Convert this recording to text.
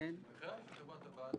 מכרז של חברת-הבת.